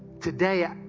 Today